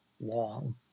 long